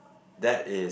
that is